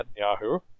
Netanyahu